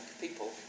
people